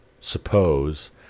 suppose